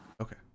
Okay